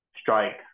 strike